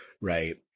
right